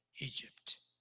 Egypt